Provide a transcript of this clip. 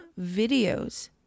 videos